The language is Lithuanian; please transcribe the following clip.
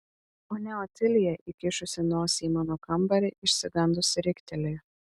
ponia otilija įkišusi nosį į mano kambarį išsigandusi riktelėjo